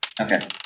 Okay